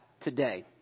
today